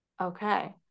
okay